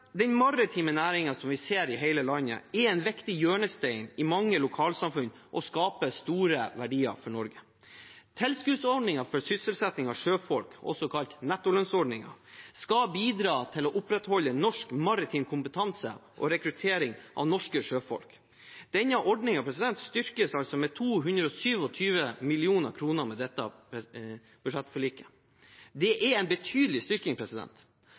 Den maritime næringen som vi ser i hele landet, er en viktig hjørnestein i mange lokalsamfunn og skaper store verdier for Norge. Tilskuddsordningen for sysselsetting av sjøfolk, også kalt nettolønnsordningen, skal bidra til å opprettholde norsk maritim kompetanse og rekruttering av norske sjøfolk. Denne ordningen styrkes med 227 mill. kr med dette budsjettforliket. Det er en betydelig styrking.